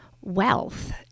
wealth